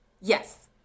Yes